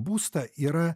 būstą yra